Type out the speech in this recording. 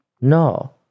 No